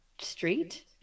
street